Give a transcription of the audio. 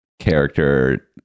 character